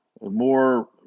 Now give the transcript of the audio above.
more